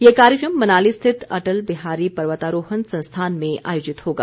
यह कार्यक्रम मनाली स्थित अटल बिहारी पर्वतारोहण संस्थान में आयोजित होगा